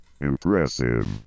Impressive